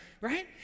right